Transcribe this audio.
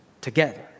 together